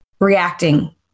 reacting